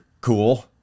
cool